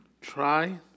try